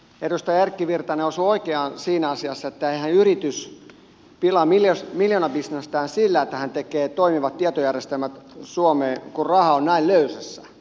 edustaja erkki virtanen osui oikeaan siinä asiassa että eihän yritys pilaa miljoonabisnestään sillä että se tekee toimivat tietojärjestelmät suomeen kun raha on näin löysässä